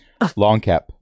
Longcap